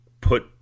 put